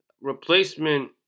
replacement